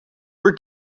por